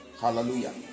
Hallelujah